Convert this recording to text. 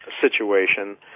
situation